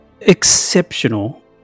exceptional